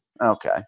Okay